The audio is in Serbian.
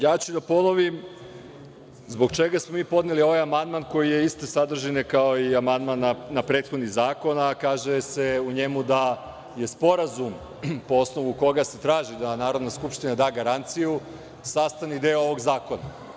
Ja ću da ponovim zbog čega smo mi podneli ovaj amandman koji je iste sadržine kao i amandman na prethodni zakon, a kaže se u njemu da je sporazum po osnovu koga se traži da Narodna skupština da garanciju sastavni deo ovog zakona.